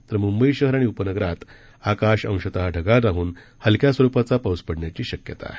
तर मुंबई शहर आणि उपनगरात आकाश अंशत ढगाळ राहून हलक्या स्वरुपाचा पाऊस पडण्याची शक्यता आहे